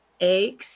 eggs